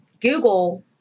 Google